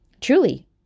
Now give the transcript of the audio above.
Truly